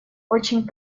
очень